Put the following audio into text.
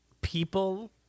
people